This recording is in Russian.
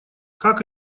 как